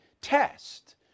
test